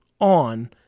on